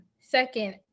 second